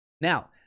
now